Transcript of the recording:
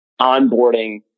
onboarding